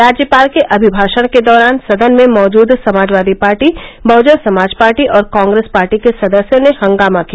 राज्यपाल के अभिभाषण के दौरान सदन में मौजूद समाजवादी पार्टी बहजन समाज पार्टी और कांग्रेस पार्टी के सदस्यों ने हंगामा किया